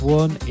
one